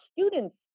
students